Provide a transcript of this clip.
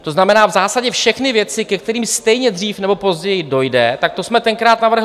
To znamená, v zásadě všechny věci, ke kterým stejně dřív nebo později dojde, tak to jsme tenkrát navrhli my.